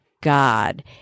God